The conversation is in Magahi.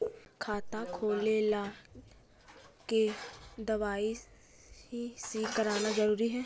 खाता खोले ला के दवाई सी करना जरूरी है?